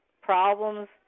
problems